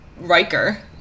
Riker